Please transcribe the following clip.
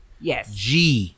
Yes